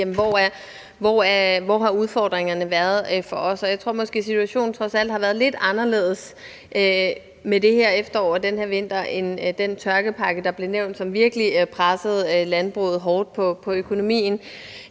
hvor udfordringerne har været for dem. Jeg tror måske, at situationen trods alt har været lidt anderledes med det her efterår og den her vinter, end den var ved den tørkepakke, der blev nævnt, som skyldtes, at landbruget var virkelig